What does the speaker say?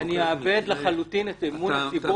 אני אאבד לחלוטין את אמון הציבור -- אתה תאבד